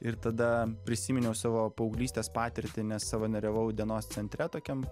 ir tada prisiminiau savo paauglystės patirtį nes savanoriavau dienos centre tokiam